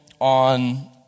on